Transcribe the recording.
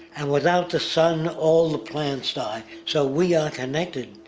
and without the sun, all the plants die. so we are connected.